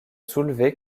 soulevaient